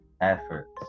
efforts